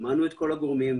שמענו את כל הגורמים,